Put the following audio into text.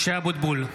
משה אבוטבול,